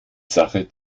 sache